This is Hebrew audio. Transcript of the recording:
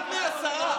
אחד מעשרה.